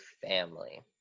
family